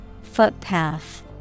Footpath